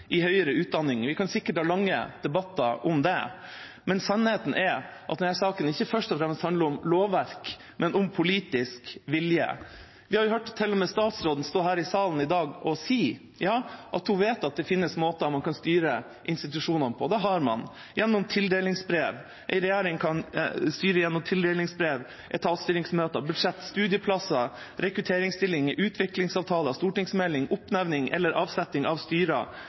i høyere utdanning. Vi kan sikkert ha lange debatter om det. Men sannheten er at denne saken ikke først og fremst handler om lovverk, men om politisk vilje. Vi har hørt til og med statsråden stå her i salen i dag og si at hun vet at det finnes måter man kan styre institusjonene på. Det har man – en regjering kan styre gjennom tildelingsbrev, etatsstyringsmøter, budsjetter, studieplasser, rekrutteringsstillinger, utviklingsavtaler, stortingsmeldinger og oppnevning eller avsetting av